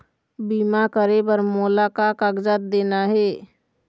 बीमा करे बर मोला का कागजात देना हे?